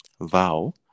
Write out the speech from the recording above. vow